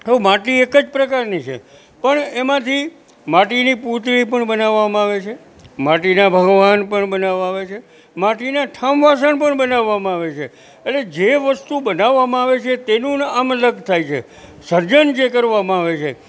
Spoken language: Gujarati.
તો માટી એક જ પ્રકારની છે પણ એમાંથી માટીની મૂર્તિ પણ બનાવમાં આવે છે માટીના ભગવાન પણ બનવામાં પણ આવે છે માટીના ઠામ વાસણ પણ બનાવમાં આવે છે એટલે જે વસ્તુ બનાવમાં આવે છે તેનું નામ અલગ થાય છે સર્જન જે કરવામાં આવે છે